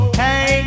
hey